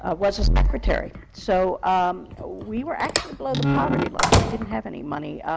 ah was a secretary. so um ah we were actually below the poverty line. we didn't have any money.